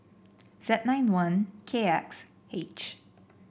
Z nine one K X H